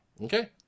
Okay